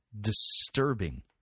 disturbing